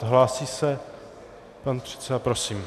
Hlásí se pan předseda, prosím.